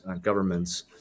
governments